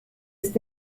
ist